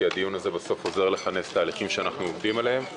כי הדיון הזה בסוף עוזר לכנס תהליכים שאנחנו עובדים עליהם.